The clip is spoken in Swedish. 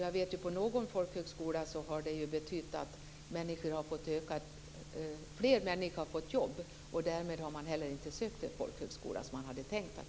Jag vet att fler människor har fått jobb, och därmed har de människor som hade tänkt att söka till folkhögskola inte gjort det.